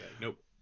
Nope